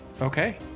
okay